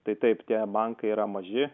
tai taip tie bankai yra maži